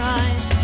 eyes